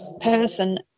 person